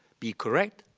be correct,